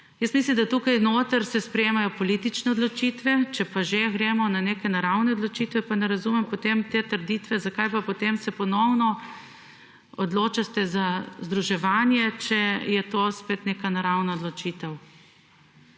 Jaz mislim, da tukaj notri se sprejemajo politične odločitve, če pa že gremo na neke naravne odločitve, pa ne razumem potem te trditve, zakaj pa potem se ponovno odločate za združevanje, če je to spet neka naravna odločitev.